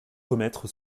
commettre